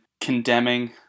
condemning